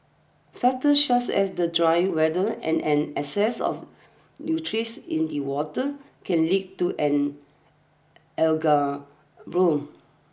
factors such as the dry weather and an excess of nutrients in the water can lead to an algae bloom